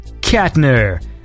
Katner